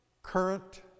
current